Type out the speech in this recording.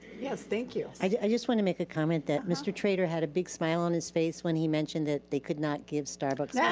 yes, thank you. i just want to make a comment that mr. trader had a big smile on his face when he mentioned that they could not give starbucks yeah